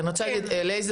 אני רוצה לומר ללייזר,